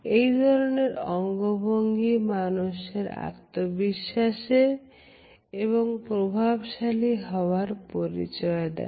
এই ধরনের অঙ্গভঙ্গি মানুষের আত্মবিশ্বাসের এবং প্রভাবশালী হওয়ার পরিচয় দেয়